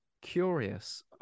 curious